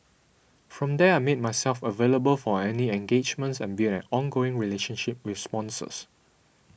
from there I made myself available for any engagements and built an ongoing relationship with sponsors